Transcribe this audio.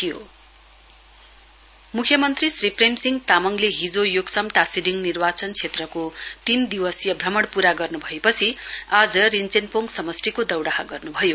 CM मुख्यमन्त्री श्री प्रेमसिंह तामङले हिजो योक्सम टाशीडिङ निर्वाचन क्षेत्रको तीन दिवसीय भ्रमण प्ररा गर्नुभएपछि आज रिश्वेनपोङ समष्टिको दोह्राह गर्नुभयो